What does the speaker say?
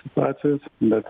situacijas bet